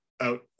out